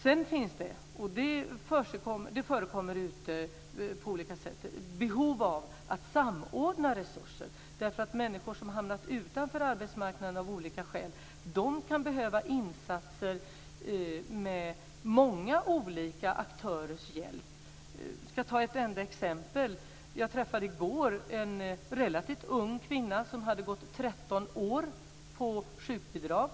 Sedan finns det, och det förekommer på olika sätt, behov av att samordna resurser för människor som har hamnat utanför arbetsmarknaden av olika skäl och som kan behöva insatser med många olika aktörers hjälp. Vi kan ta ett enda exempel. Jag träffade i går en relativt ung kvinna som hade gått 13 år på sjukbidrag.